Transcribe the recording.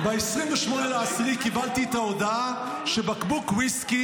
ב-28 באוקטובר קיבלתי את ההודעה שבקבוק ויסקי